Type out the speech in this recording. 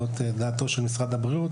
זוהי דעתו של משרד הבריאות,